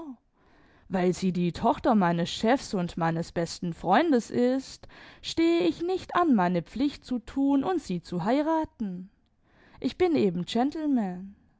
weil sie die tochter meines chefs und meines besten freundes ist stehe ich nicht an meine pflicht zu tun und sie zu heiraten ich bin eben